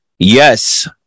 Yes